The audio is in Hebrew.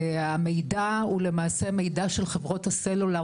המידע הוא למעשה מידע של חברות הסלולר,